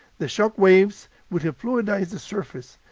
the shock waves would have fluidized the surface,